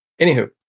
Anywho